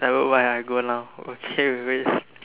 never where I go now okay we wait